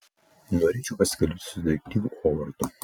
norėčiau pasikalbėti su detektyvu hovardu